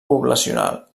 poblacional